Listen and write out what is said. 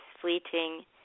fleeting